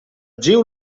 geo